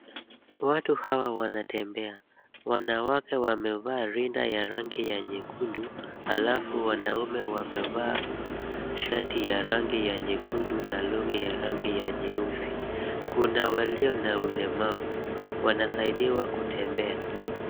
Watu hawa wanatembea, wanawake wamevaa rinda ya nyekundu alafu wanaume wamevaa shati ya rangi nyekundu na long'i ya rangi ya nyeusi. Kuna walio na ulemavu, wanasaidiwa kutembea.